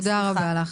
תודה רבה לך.